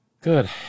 Good